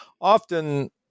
often-